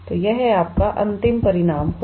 तो यह आपका अंतिम परिणाम होगा